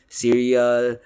cereal